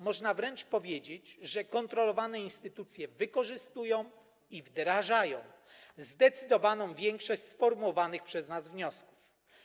Można wręcz powiedzieć, że kontrolowane instytucje wykorzystują i wdrażają zdecydowaną większość sformułowanych przez nas wniosków.